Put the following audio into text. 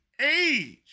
age